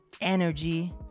energy